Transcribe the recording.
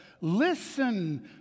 Listen